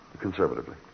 Conservatively